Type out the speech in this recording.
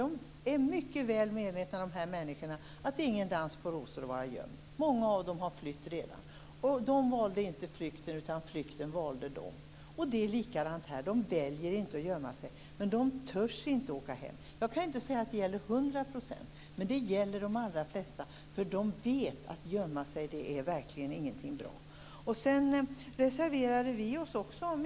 De är mycket väl medvetna om att det inte är någon dans på rosor att vara gömd. Många av dem har redan flytt. De valde inte flykten, utan flykten valde dem. Det är likadant här - de väljer inte att gömma sig, men de törs inte åka hem. Jag kan inte säga att det gäller 100 %, men det gäller de allra flesta. De vet nämligen att det verkligen inte är någonting bra att gömma sig.